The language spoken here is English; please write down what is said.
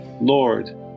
Lord